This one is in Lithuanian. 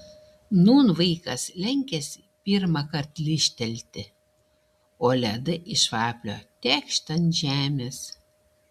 nūn vaikas lenkiasi pirmąkart lyžtelėti o ledai iš vaflio tekšt ant žemės